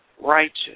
righteous